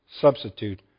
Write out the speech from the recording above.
substitute